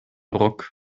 ruck